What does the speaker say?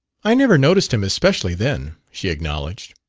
i never noticed him especially, then, she acknowledged.